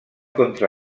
contra